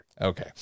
Okay